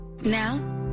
Now